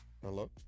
Hello